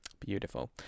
Beautiful